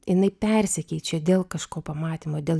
jinai persikeičia dėl kažko pamatymo dėl